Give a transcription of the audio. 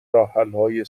راهحلهای